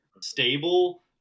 stable